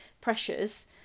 pressures